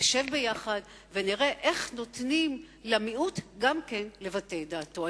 נשב ביחד ונראה איך נותנים גם למיעוט לבטא את דעתו.